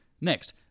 Next